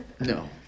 No